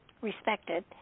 respected